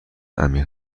عمیق